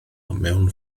mewn